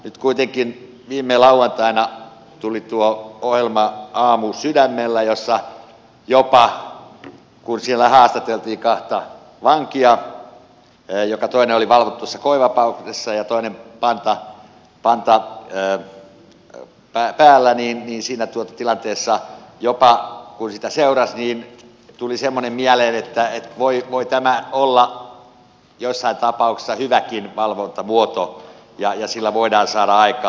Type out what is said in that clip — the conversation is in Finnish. nyt kuitenkin viime lauantaina tuli tuo ohjelma aamusydämellä josta kun siellä haastateltiin kahta vankia joista toinen oli valvotussa koevapaudessa ja toinen panta päällä siinä tilanteessa jopa kun sitä seurasi tuli semmoinen mieleen että voi tämä olla joissain tapauksissa hyväkin valvontamuoto ja sillä voidaan saada aikaan